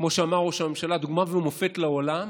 כמו שאמר ראש הממשלה, מדוגמה ומופת לעולם